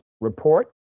report